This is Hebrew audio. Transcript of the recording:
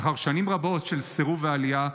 לאחר שנים רבות של סירוב לעלייה,